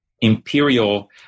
imperial